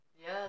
Yes